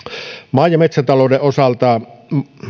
maa ja metsätalouden osalta